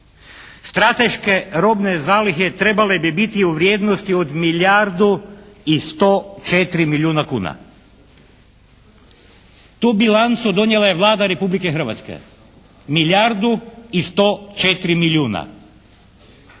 strateške robne zalihe trebale bi biti u vrijednosti od milijardu i 104 milijuna kuna. Tu bilancu donijela je Vlada Republike Hrvatske, milijardu i 104 milijuna.